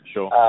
Sure